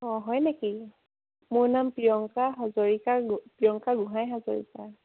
অঁ হয় নেকি মোৰ নাম প্ৰিয়ংকা হাজৰিকা প্ৰিয়ংকা গোঁহাই হাজৰিকা